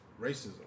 racism